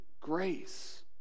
grace